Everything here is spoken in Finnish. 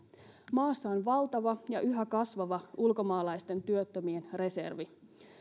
maassa on valtava ja yhä kasvava ulkomaalaisten työttömien reservi